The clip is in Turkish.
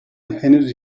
henüz